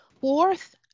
Fourth